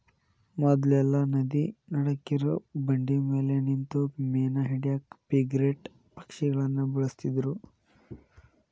ಮೊದ್ಲೆಲ್ಲಾ ನದಿ ನಡಕ್ಕಿರೋ ಬಂಡಿಮ್ಯಾಲೆ ನಿಂತು ಮೇನಾ ಹಿಡ್ಯಾಕ ಫ್ರಿಗೇಟ್ ಪಕ್ಷಿಗಳನ್ನ ಬಳಸ್ತಿದ್ರು